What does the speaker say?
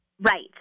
Right